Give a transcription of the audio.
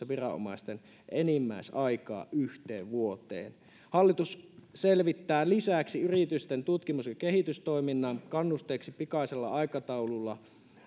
viranomaisten enimmäisaikaa yhteen vuoteen hallitus selvittää lisäksi yritysten tutkimus ja kehitystoiminnan kannusteeksi pikaisella aikataululla